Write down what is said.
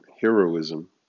heroism